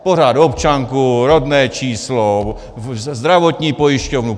Pořád občanku, rodné číslo, zdravotní pojišťovnu.